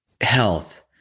health